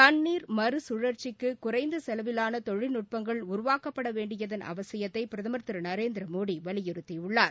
தண்ணீர் மறுகழற்சிக்கு குறைந்த செலவிலான தொழில்நுட்பங்கள் உருவாக்கப்பட வேண்டியதன் அவசியத்தை பிரதமர் திரு நரேந்திர மோடி வலியுறுத்தியுள்ளார்